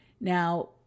Now